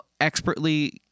expertly